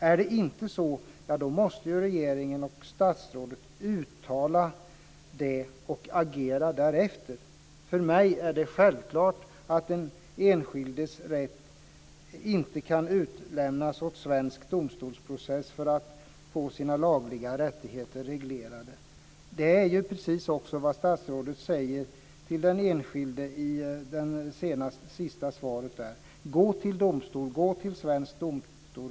Om inte, då måste regeringen och statsrådet uttala detta och agera därefter. För mig är det självklart att den enskildes rätt inte kan utlämnas åt svensk domstolsprocess för att den enskilde ska få sina lagenliga rättigheter reglerade. Det är ju precis det som statsrådet säger till enskilde: Gå till svensk domstol!